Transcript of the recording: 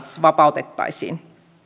vapautettaisiin